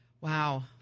Wow